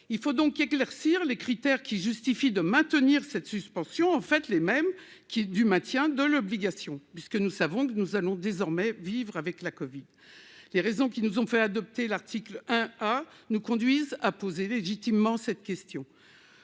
il faut donc éclaircir les critères qui justifie de maintenir cette suspension en fait les mêmes, qui est du maintien de l'obligation puisque nous savons que nous allons désormais vivre avec la Covid, les raisons qui nous ont fait adopter l'article hein, ah, nous conduisent à poser légitimement cette question